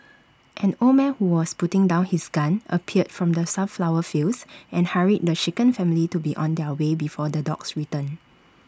an old man who was putting down his gun appeared from the sunflower fields and hurried the shaken family to be on their way before the dogs return